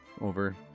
over